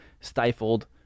stifled